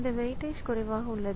இந்த வெயிட்டேஜ் குறைவாக உள்ளது